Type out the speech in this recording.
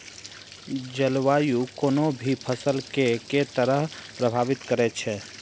जलवायु कोनो भी फसल केँ के तरहे प्रभावित करै छै?